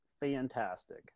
Fantastic